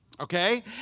Okay